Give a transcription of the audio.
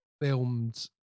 filmed